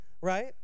right